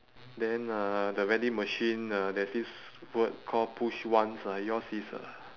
then uh the vending machine uh there's this word called push once ah yours is uh